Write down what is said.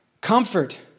Comfort